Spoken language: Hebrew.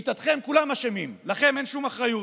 לשיטתכם, כולם אשמים, לכם אין שום אחריות.